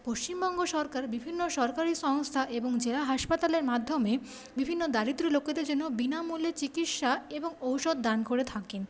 পশ্চিমবঙ্গ সরকার বিভিন্ন সরকারি সংস্থা এবং জেলা হাসপাতালের মাধ্যমে বিভিন্ন দরিদ্র লোকেদের জন্য বিনামূল্যে চিকিৎসা এবং ওষুধ দান করে থাকেন